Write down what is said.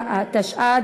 הצעת